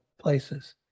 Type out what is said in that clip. places